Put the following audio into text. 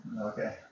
Okay